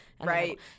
Right